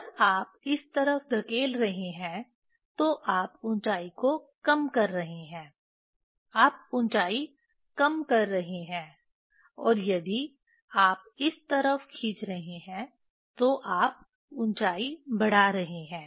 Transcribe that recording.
जब आप इस तरफ धकेल रहे हैं तो आप ऊंचाई को कम कर रहे हैं आप ऊंचाई कम कर रहे हैं और यदि आप इस तरफ खींच रहे हैं तो आप ऊंचाई बढ़ा रहे हैं